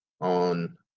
on